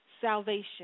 salvation